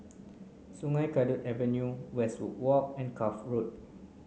Sungei Kadut Avenue Westwood Walk and Cuff Road